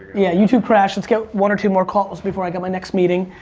yeah, youtube crashed. let's get one or two more calls before i got my next meeting.